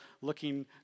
looking